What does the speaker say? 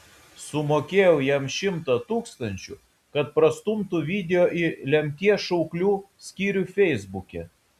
sumokėjau jam šimtą tūkstančių kad prastumtų video į lemties šauklių skyrių feisbuke